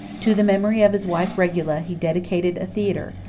to the memory of his wife regilla he dedicated a theatre,